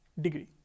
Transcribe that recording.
degree